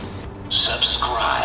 Subscribe